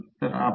तर 17 8